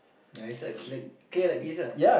ya is like like clear like this lah